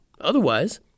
Otherwise